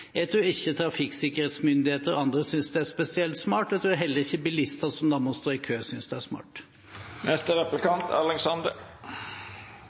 ikke trafikksikkerhetsmyndigheter og andre synes det er spesielt smart, og jeg tror heller ikke bilistene, som da må stå i kø, synes det er smart.